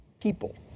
people